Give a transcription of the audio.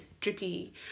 drippy